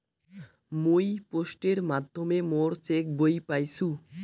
মুই পোস্টের মাধ্যমে মোর চেক বই পাইসু